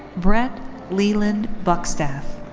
brett leland buckstaff.